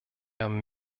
haben